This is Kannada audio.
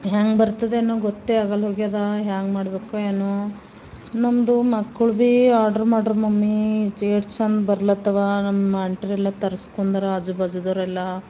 ಹೆಂಗೆ ಬರ್ತದೇನೋ ಗೊತ್ತೇ ಆಗಲ್ಲ ಹೋಗ್ಯದ ಹ್ಯಾಂಗೆ ಮಾಡ್ಬೇಕು ಏನೋ ನಮ್ಮದು ಮಕ್ಕಳು ಭೀ ಆಡ್ರ್ ಮಾಡ್ರ ಮಮ್ಮಿ ಎಷ್ಟು ಚೆಂದ ಬರ್ಲತ್ತವ ನಮ್ಮ ಆಂಟಿರೆಲ್ಲ ತರ್ಸ್ಕೊಂಡಾರ ಆಜು ಬಾಜುದವ್ರೆಲ್ಲ